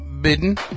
bidden